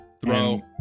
throw